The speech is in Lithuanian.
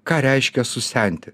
ką reiškia susenti